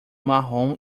marrom